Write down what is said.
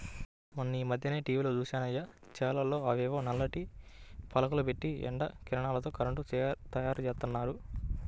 మొన్నీమధ్యనే టీవీలో జూశానయ్య, చేలల్లో అవేవో నల్లటి పలకలు బెట్టి ఎండ కిరణాలతో కరెంటు తయ్యారుజేత్తన్నారు